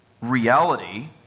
reality